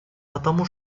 потому